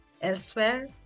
elsewhere